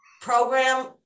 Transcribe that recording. program